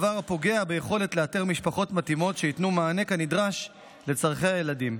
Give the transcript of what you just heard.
דבר הפוגע ביכולת לאתר משפחות מתאימות שייתנו מענה כנדרש לצורכי הילדים.